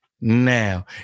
now